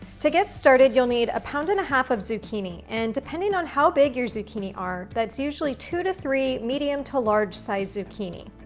to get started, you'll need a pound and a half of zucchini, and depending on how big your zucchini are, that's usually two to three medium to large-sized zucchini.